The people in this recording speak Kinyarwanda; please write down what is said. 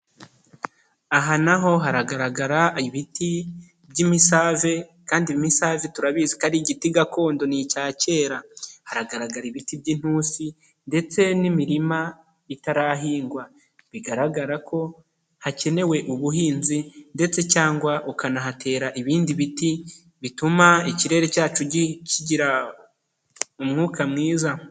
Aha naho haragaragara ibiti by'imisave kandi imisave turabizi ko ari igiti gakondo ni icya kera, haragaragara ibiti by'intusi, ndetse n'imirima itarahingwa bigaragara ko hakenewe ubuhinzi ndetse cyangwa ukanahatera ibindi biti bituma ikirere cyacu kigira umwuka mwiza.